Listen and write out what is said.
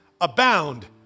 abound